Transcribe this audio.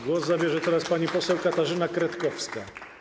Głos zabierze teraz pani poseł Katarzyna Kretkowska.